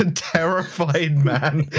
and terrified man